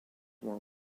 war